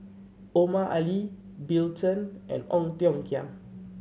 Omar Ali Bill Chen and Ong Tiong Khiam